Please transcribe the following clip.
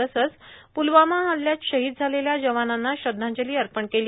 तसंच प्लवामा हल्ल्यात शहीद झालेल्या जवानांना श्रद्वांजली अर्पण केली